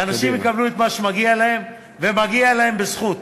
ואנשים יקבלו את מה שמגיע להם, ומגיע להם בזכות,